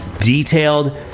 detailed